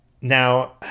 Now